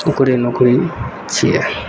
ओकरे नौकरी छियै